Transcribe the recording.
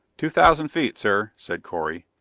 two thousand feet, sir, said correy.